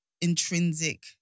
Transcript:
intrinsic